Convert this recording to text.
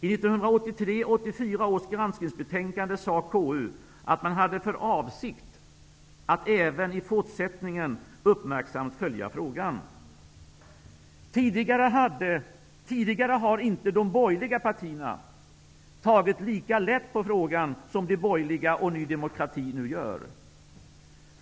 I 1983/84 års granskningsbetänkande sade KU att man hade för avsikt att även i fortsättningen uppmärksamt följa frågan. Tidigare har inte de borgerliga partierna tagit lika lätt på frågan som de borgerliga och Ny demokrati nu gör.